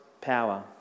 power